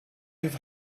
have